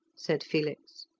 said felix.